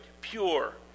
pure